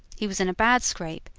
he was in a bad scrape,